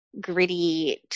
gritty